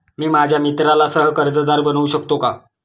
मी माझ्या मित्राला सह कर्जदार बनवू शकतो का?